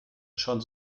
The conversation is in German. schon